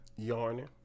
Yarning